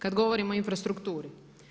Kad govorimo o infrastrukturi.